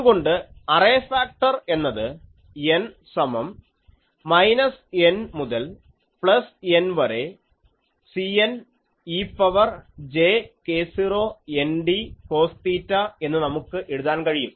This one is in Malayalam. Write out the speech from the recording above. അതുകൊണ്ട് അറേ ഫാക്ടർ എന്നത് n സമം മൈനസ് N മുതൽ പ്ലസ് N വരെ Cn e power j k0 nd cos theta എന്ന് നമുക്ക് എഴുതാൻ കഴിയും